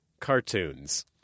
Cartoons